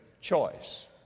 choice